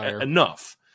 enough